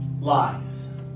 Lies